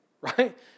right